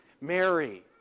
Mary